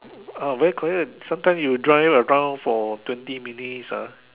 ah very quiet sometime you drive around for twenty minutes ah